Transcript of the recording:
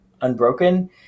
unbroken